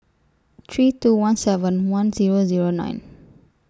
three two one seven one Zero Zero nine